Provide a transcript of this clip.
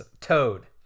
toad